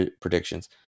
predictions